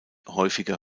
häufiger